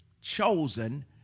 chosen